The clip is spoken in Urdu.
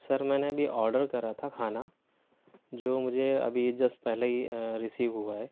سر میں نے ابھی آڈر کرا تھا کھانا جو مجھے ابھی جسٹ پہلے ہی ریسیو ہُوا ہے